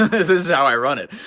this is how i run it.